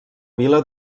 vila